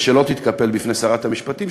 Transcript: ושלא תתקפל בפני שרת המשפטים,